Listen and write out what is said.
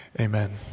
Amen